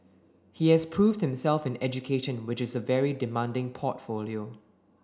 he has proved himself in education which is a very demanding portfolio